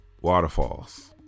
Waterfalls